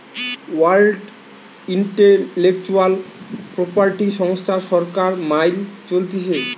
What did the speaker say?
world intellectual property সংস্থা সরকার মাইল চলতিছে